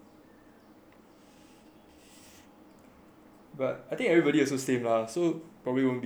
but I think everyone is the same lah so probably won't be that bad I guess